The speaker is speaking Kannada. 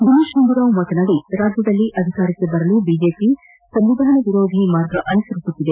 ದಿನೇತ್ ಗುಂಡೂರಾವ್ ಮಾತನಾಡಿ ರಾಜ್ಯದಲ್ಲಿ ಅಧಿಕಾರಕ್ಷೆ ಬರಲು ಬಿಜೆಪಿ ಸಂವಿಧಾನ ವಿರೋಧಿ ಮಾರ್ಗ ಅನುಸರಿಸುತ್ತಿದೆ